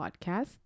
podcast